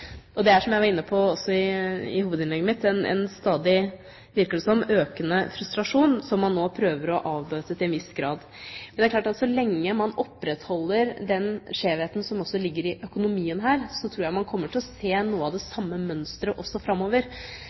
Det er, som jeg også var inne på i hovedinnlegget mitt, en stadig – virker det som – økende frustrasjon som man nå prøver å avbøte til en viss grad. Men det er klart at så lenge man opprettholder den skjevheten som ligger i økonomien her, tror jeg man kommer til å se noe av det samme mønsteret også framover.